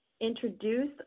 introduce